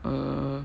uh